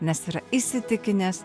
nes yra įsitikinęs